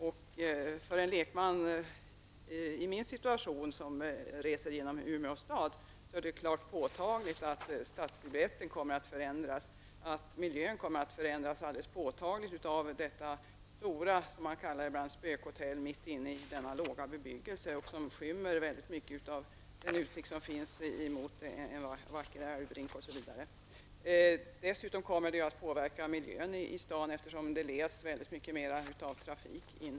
Det är för en lekman som mig när jag reser genom Umeå stad helt klart att stadssilhuetten och miljön kommer att förändras alldeles påtagligt av detta stora spökhotell mitt inne i en låg bebyggelse. Det kommer att skymma mycket av den utsikt som finns mot den vackra älvbrinken osv. Dessutom kommer hotellet att påverka miljön i staden, eftersom det kommer att dra till sig mycken trafik.